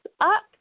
up